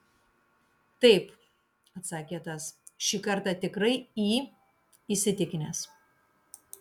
taip atsakė tas šį kartą tikrai į įsitikinęs